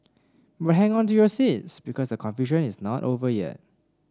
but hang on to your seats because a confusion is not over yet